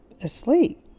asleep